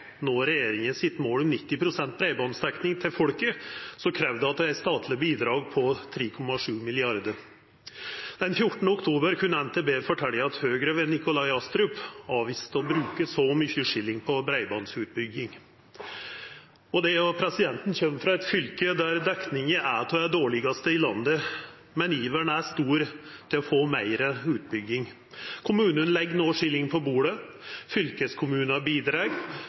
nå regjeringa sitt mål om 90 pst. breibandsdekning til folket, krev det eit statleg bidrag på 3,7 mrd. kr. Den 14. oktober kunne NTB fortelja at Høgre ved Nikolai Astrup avviste å bruka så mykje skilling på breibandsutbygging. Både eg og presidenten kjem frå eit fylke der dekninga er av dei dårlegaste i landet, men iveren er stor etter å få meir utbygging. Kommunen legg no skilling på bordet. Fylkeskommunen bidreg,